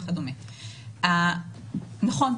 נכון,